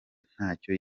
ntacyo